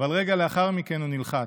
אבל רגע לאחר מכן הוא נלחץ: